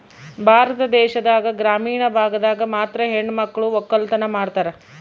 ಭಾರತ ದೇಶದಾಗ ಗ್ರಾಮೀಣ ಭಾಗದಾಗ ಮಾತ್ರ ಹೆಣಮಕ್ಳು ವಕ್ಕಲತನ ಮಾಡ್ತಾರ